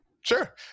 Sure